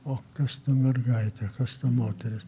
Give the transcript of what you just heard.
o kas ta mergaitė kas ta moteris